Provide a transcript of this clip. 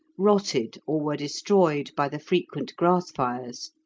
rotted, or were destroyed by the frequent grass fires.